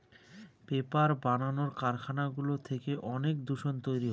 paper বানানোর কারখানাগুলো থেকে অনেক দূষণ তৈরী হয়